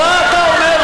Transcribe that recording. מה אתה אומר?